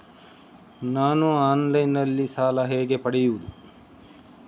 ನಾನು ಆನ್ಲೈನ್ನಲ್ಲಿ ಸಾಲ ಹೇಗೆ ಪಡೆಯುವುದು?